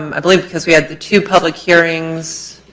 um i believe because we have the two public hearings,